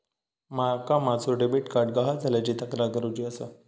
माका माझो debit card गहाळ झाल्याची तक्रार करुची आसा